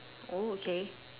oh okay